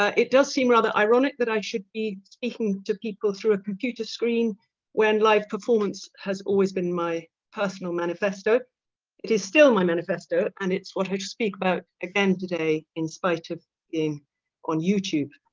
ah it does seem rather ironic that i should be speaking to people through a computer screen when live performance has always been my personal manifesto it is still my manifesto and it's what i speak about again today, in spite of being on youtube.